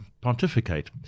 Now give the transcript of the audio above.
pontificate